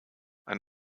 ein